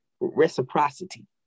reciprocity